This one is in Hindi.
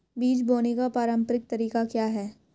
बीज बोने का पारंपरिक तरीका क्या है?